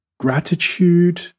Gratitude